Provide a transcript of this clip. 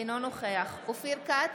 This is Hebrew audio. אינו נוכח אופיר כץ,